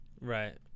Right